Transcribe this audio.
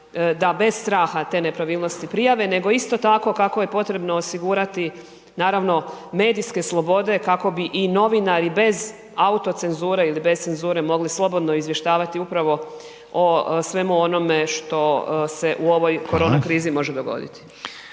da bez straha te nepravilnosti prijave, nego isto tako kako je potrebno osigurati naravno medijske slobode kako bi i novinari bez autocenzure ili bez cenzure mogli slobodno izvještavati upravo o svemu onome što se u ovoj korona krizi može dogoditi.